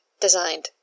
designed